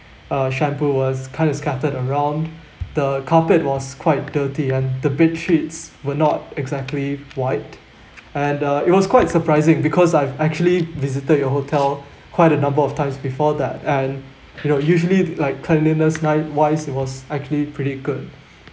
uh shampoo was kind of scattered around the carpet was quite dirty and the bedsheets were not exactly white and uh it was quite surprising because I've actually visited your hotel quite a number of times before that and you know usually like cleanliness ni~ wise it was actually pretty good